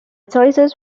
choices